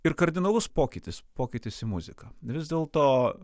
ir kardinalus pokytis pokytis į muziką vis dėlto